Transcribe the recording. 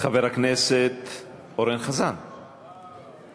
חבר הכנסת אורן חזן, בבקשה.